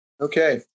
Okay